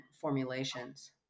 formulations